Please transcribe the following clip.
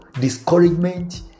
discouragement